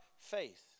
faith